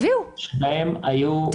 שבהן היו עלויות גדולות מעבר לתמחור של המדינה,